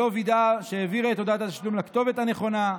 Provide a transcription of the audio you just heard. שלא וידאה שהעבירה את הודעת התשלום לכתובת הנכונה,